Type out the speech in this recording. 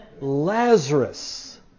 Lazarus